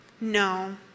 No